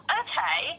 okay